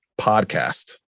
podcast